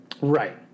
Right